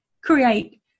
create